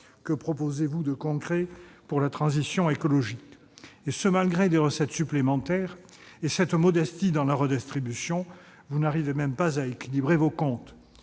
Que proposez-vous de concret pour mettre en oeuvre la transition écologique ? Malgré des recettes supplémentaires et la modestie de la redistribution, vous n'arrivez même pas à équilibrer vos comptes